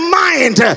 mind